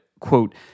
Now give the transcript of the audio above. quote